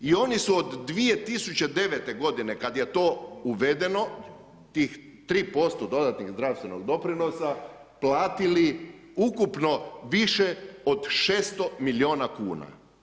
I oni su od 2009. godine kad je to uvedeno, tih 3% dodatnih zdravstvenog doprinosa platili ukupno više od 600 miliona kuna.